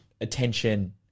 attention